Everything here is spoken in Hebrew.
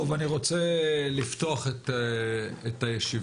אני רוצה לפתוח את הישיבה.